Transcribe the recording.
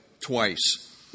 twice